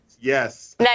Yes